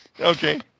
Okay